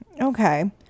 Okay